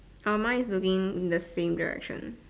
uh mine is looking in the same direction